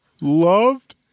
loved